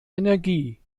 energie